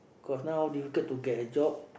cause now difficult to get a job